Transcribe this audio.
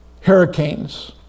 hurricanes